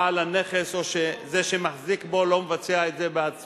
בעל הנכס או זה שמחזיק בו לא מבצע את זה בעצמו.